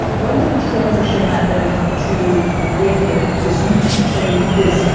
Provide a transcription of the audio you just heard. when did the transition happen to wait a minute, this youtube thing is,